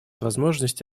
возможность